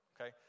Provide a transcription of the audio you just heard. okay